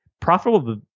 profitable